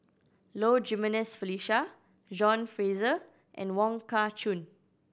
Low Jimenez Felicia John Fraser and Wong Kah Chun